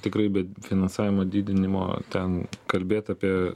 tikrai be finansavimo didinimo ten kalbėti apie